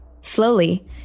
Slowly